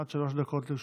עד שלוש דקות לרשותך.